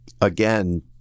again